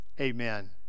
amen